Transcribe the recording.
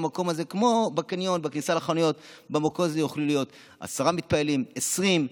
כמו בקניון בכניסה לחנויות: במקום הזה יוכלו להיות עשרה מתפללים 20,